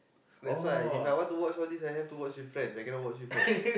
ya that's why If I want to watch all these I have to watch with friend I cannot watch with her